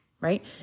right